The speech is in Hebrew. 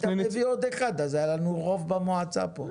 אז תביא לי עוד אחד ואז היה לנו רוב במועצה פה.